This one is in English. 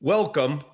Welcome